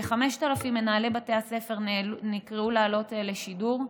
כ-5,000 מנהלי בתי הספר נקראו לעלות לשידור,